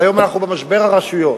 והיום אנחנו במשבר הרשויות,